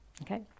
okay